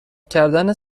کردن